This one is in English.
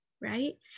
right